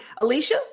Alicia